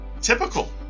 typical